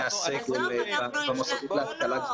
עם המוסדות להשכלה גבוהה.